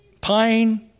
Pine